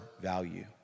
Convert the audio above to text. value